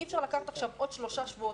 אי אפשר לקחת עכשיו עוד שלושה שבועות,